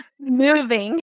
moving